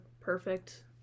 perfect